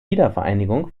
wiedervereinigung